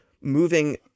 moving